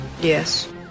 Yes